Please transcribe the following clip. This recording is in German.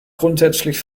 grundsätzlich